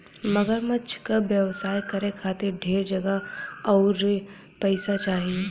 मगरमच्छ क व्यवसाय करे खातिर ढेर जगह आउर पइसा चाही